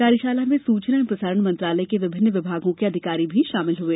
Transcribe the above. कार्यशाला में सूचना एवं प्रसारण मंत्रालय के विभिन्न विभागों के अधिकारी भी शामिल हुए